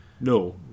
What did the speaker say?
No